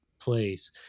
place